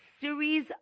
series